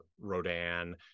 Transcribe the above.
rodan